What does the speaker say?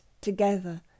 together